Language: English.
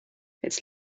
its